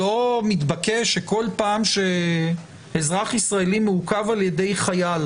לא מתבקש שכל פעם שאזרח ישראלי מעוכב על ידי חייל